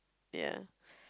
ya